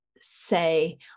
say